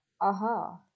Aha